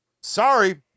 Sorry